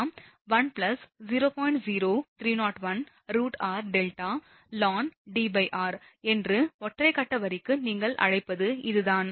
0301√rδ ln Dr என்று ஒற்றை கட்ட வரிக்கு நீங்கள் அழைப்பது இதுதான்